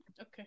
Okay